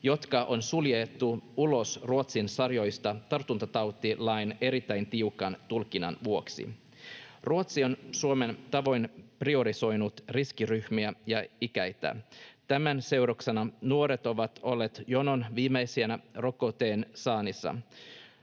jotka on suljettu ulos Ruotsin sarjoista tartuntatautilain erittäin tiukan tulkinnan vuoksi. Ruotsi on Suomen tavoin priorisoinut riskiryhmiä ja iäkkäitä. Tämän seurauksena nuoret ovat olleet jonon viimeisenä rokotteen saannissa.